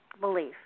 belief